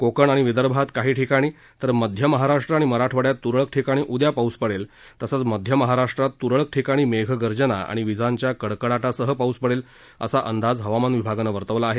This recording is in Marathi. कोकण आणि विदर्भात काही ठिकाणी तर मध्य महाराष्ट्र आणि मराठवाड्यात त्रळक ठिकाणी उद्या पाऊस पडेल तसच मध्य महाराष्ट्रात त्रळक ठिकाणी मेघगर्जना आणि विजांच्या कडकडाटासह पाऊस पडेल असा अंदाज हवामान विभागानं वर्तवला आहे